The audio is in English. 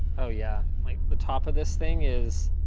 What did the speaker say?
oh yeah, like the top of this thing is